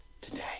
today